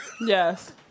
Yes